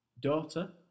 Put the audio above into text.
daughter